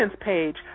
page